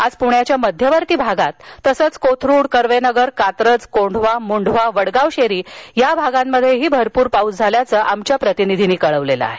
आज पुण्याच्या मध्यवर्ती भागांत तसेच कोथरुड कर्वेनगरकात्रजकोंढवामुंढवावडगाव शेरी या भागांत पाऊस झाल्याच आमच्या प्रतीनिधीन कळवलं आहे